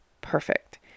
Perfect